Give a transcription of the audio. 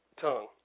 tongue